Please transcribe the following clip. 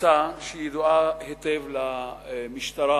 בקבוצה שידועה היטב למשטרה,